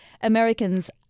Americans